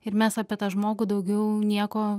ir mes apie tą žmogų daugiau nieko